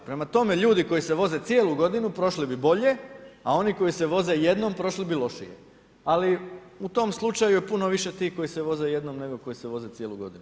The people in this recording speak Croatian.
Prema tome ljudi koji se voze cijelu godinu prošli bi bolje, a oni koji se voze jednom prošli bi lošije, ali u tom slučaju je puno više tih koji se voze jednom, nego koji se voze cijelu godinu.